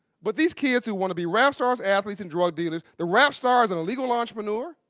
but these kids who want to be rap stars, athletes, and drug dealers, the rap stars and legal entrepreneurs,